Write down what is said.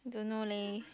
don't know leh